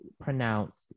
pronounced